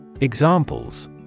Examples